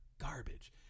garbage